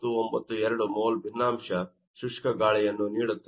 992 mole ಭಿನ್ನಾಂಶ ಶುಷ್ಕ ಗಾಳಿಯನ್ನು ನೀಡುತ್ತದೆ